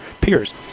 peers